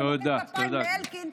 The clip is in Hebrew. ומוחאים כפיים לאלקין,